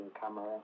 camera